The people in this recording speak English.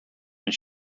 and